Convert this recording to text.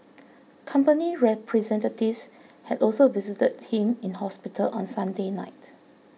company representatives had also visited him in hospital on Sunday night